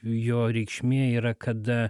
jo reikšmė yra kada